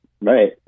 Right